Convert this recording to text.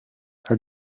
are